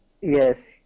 Yes